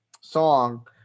song